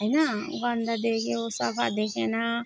होइन गन्दा देख्यो सफा देखेन